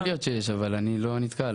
יכול להיות שיש, אבל אני לא נתקל.